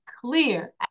clear